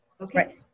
Okay